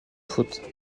faute